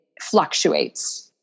fluctuates